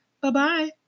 Bye-bye